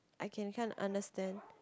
I can kind of understand